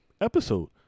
episode